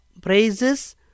praises